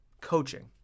Coaching